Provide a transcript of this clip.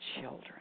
children